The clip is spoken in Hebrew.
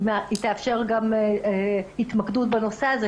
היא תאפשר גם התמקדות בנושא הזה.